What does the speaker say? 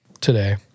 today